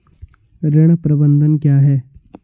ऋण प्रबंधन क्या है?